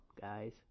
guys